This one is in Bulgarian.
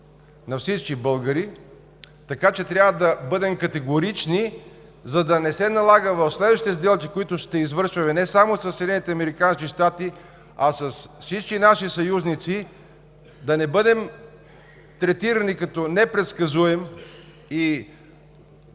на всички българи, така че трябва да бъдем категорични, за да не се налага в следващите сделки, които ще извършваме не само със САЩ, а с всички наши съюзници, да не бъдем третирани като непредсказуем